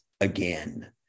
again